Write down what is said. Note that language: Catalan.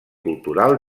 cultural